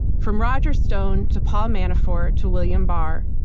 from roger stone to paul manafort to william barr,